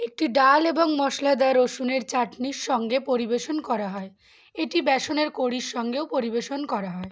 একটি ডাল এবং মশলাদা রসনেরের চাটনির সঙ্গে পরিবেশন করা হয় এটি বসনের করড়ির সঙ্গেও পরিবেশন করা হয়